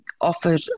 offered